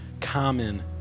common